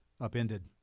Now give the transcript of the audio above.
upended